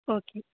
okay